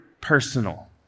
personal